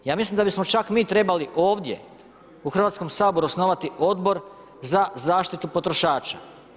Ja mislim da bi smo čak mi trebali ovdje u Hrvatskom saboru osnovati odbor za zaštitu potrošača.